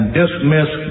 dismiss